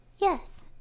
Yes